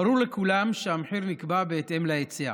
ברור לכולם שהמחיר נקבע בהתאם להיצע.